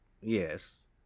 yes